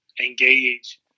engage